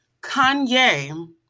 Kanye